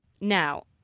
Now